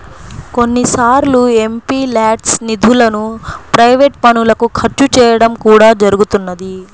కొన్నిసార్లు ఎంపీల్యాడ్స్ నిధులను ప్రైవేట్ పనులకు ఖర్చు చేయడం కూడా జరుగుతున్నది